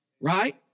Right